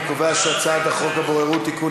אני קובע שהצעת חוק הבוררות (תיקון,